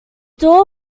door